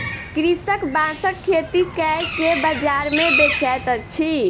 कृषक बांसक खेती कय के बाजार मे बेचैत अछि